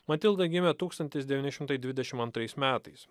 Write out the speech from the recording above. matilda gimė tūkstantis devyni šimtai dvidešim antrais metais